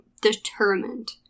determined